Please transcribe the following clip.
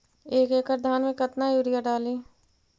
एक एकड़ धान मे कतना यूरिया डाली?